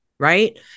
Right